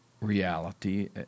reality